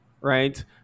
right